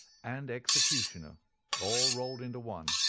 and executioner all rolled into one.